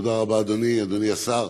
תודה רבה, אדוני, אדוני השר,